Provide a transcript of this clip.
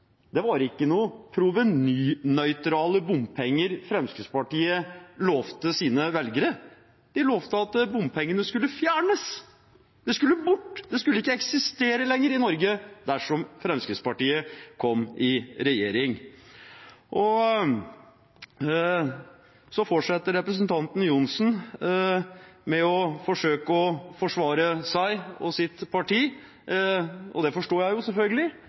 det var ikke provenynøytrale bompenger Fremskrittspartiet lovet sine velgere, de lovet at bompengene skulle fjernes. De skulle bort, de skulle ikke eksistere lenger i Norge dersom Fremskrittspartiet kom i regjering. Representanten Johnsen fortsetter med å forsøke å forsvare seg og sitt parti, og det forstår jeg selvfølgelig.